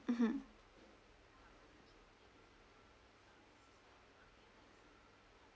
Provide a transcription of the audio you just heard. mmhmm